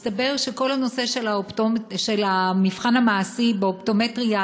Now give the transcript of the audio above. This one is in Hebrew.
מסתבר שכל הנושא של המבחן המעשי באופטומטריה,